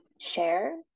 share